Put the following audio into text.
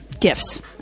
gifts